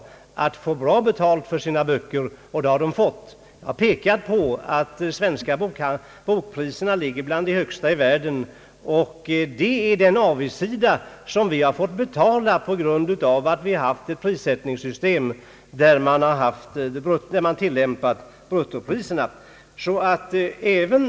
Herr talman! Som herr Eric Carlsson kanske hörde inledde jag mitt anförande nyss med att ge den svenska bokhandeln en eloge för att den är så välskött. Jag har därför ingen invändning att rikta mot hans slutord. Men herr Carlsson! Det har inte varit för allmänhetens blåa ögons skull som bokhandlarna har skött sig väl. De har naturligtvis haft sitt intresse av att få bra betalt för sina böcker. Det har de också fått. Jag har pekat på att de svenska bokpriserna är bland de högs ta i världen, Detta är den avigsida vi har fått dras med på grund av det rådande prissättningssystemet, där man tillämpar bruttopriser.